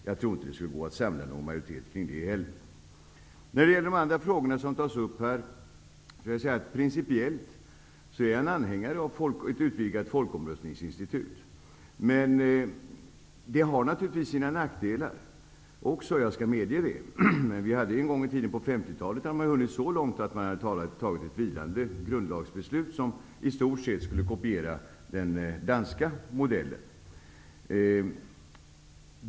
Jag tror inte det skulle gå att samla någon majoritet kring det heller. Beträffande de andra frågorna som tas upp vill jag säga att jag principiellt är anhängare av ett utvidgat folkomröstningsinstitut. Men det har naturligtvis sina nackdelar också, jag skall medge det. På 50 talet hade man hunnit så långt att man antagit ett vilande grundlagsbeslut som i stort sett skulle kopiera den danska modellen.